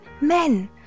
men